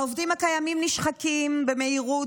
העובדים הקיימים נשחקים במהירות,